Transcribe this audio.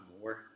more